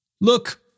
Look